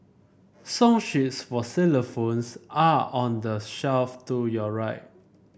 song sheets for xylophones are on the shelf to your right